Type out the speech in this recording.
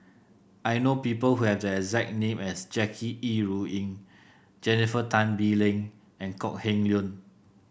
I know people who have the exact name as Jackie Yi Ru Ying Jennifer Tan Bee Leng and Kok Heng Leun